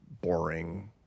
boring